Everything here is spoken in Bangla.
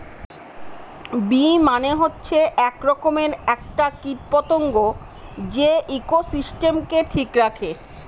বী মানে হচ্ছে এক রকমের একটা কীট পতঙ্গ যে ইকোসিস্টেমকে ঠিক রাখে